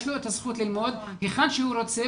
יש לו את הזכות ללמוד היכן שהוא רוצה,